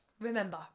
remember